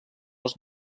els